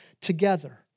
together